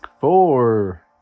four